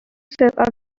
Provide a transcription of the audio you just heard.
offensive